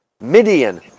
Midian